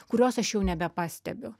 kurios aš jau nebepastebiu